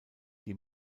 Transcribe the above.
die